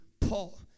Paul